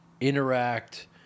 interact